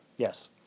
Yes